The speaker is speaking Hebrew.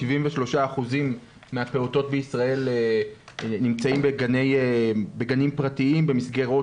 73% מהפעוטות בישראל נמצאים בגנים פרטיים במסגרות